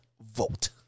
vote